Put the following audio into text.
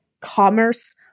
commerce